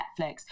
Netflix